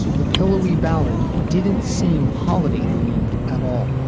the pillowy ballad didn't seem holiday themed at all